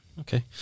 Okay